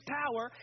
power